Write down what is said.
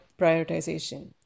prioritization